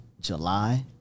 July